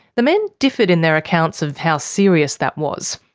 the men differed in their accounts of how serious that was.